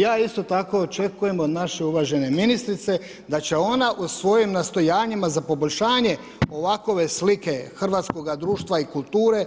Ja isto tako očekujem od naše uvažene ministrice da će ona u svojim nastojanjima za poboljšanje ovakve slike hrvatskog društva i kulture